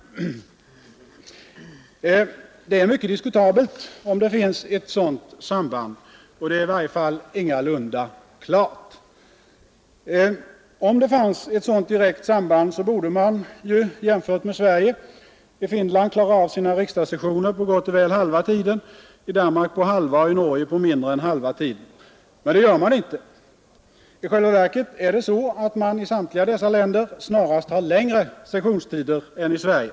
Det är mycket diskutabelt om det finns ett sådant samband, och det är i varje fall ingalunda klart. Om det fanns ett sådant direkt samband borde man ju jämfört med Sverige i Finland klara av sina riksdagssessioner på gott och väl halva tiden, i Danmark på halva och i Norge på mindre än halva tiden. Men det gör man inte. I själva verket är det så, att man i samtliga dessa länder snarast har längre sessionstider än i Sverige.